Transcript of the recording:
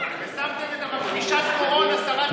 ושמתם את מכחישת הקורונה שרת החינוך.